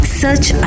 search